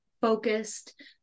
focused